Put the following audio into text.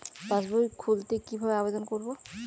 পাসবই খুলতে কি ভাবে আবেদন করব?